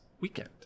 weekend